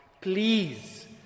Please